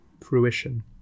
fruition